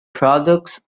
products